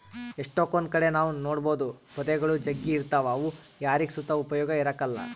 ಎಷ್ಟಕೊಂದ್ ಕಡೆ ನಾವ್ ನೋಡ್ಬೋದು ಪೊದೆಗುಳು ಜಗ್ಗಿ ಇರ್ತಾವ ಅವು ಯಾರಿಗ್ ಸುತ ಉಪಯೋಗ ಇರಕಲ್ಲ